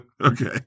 Okay